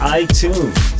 iTunes